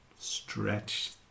Stretch